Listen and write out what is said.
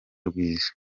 rwiza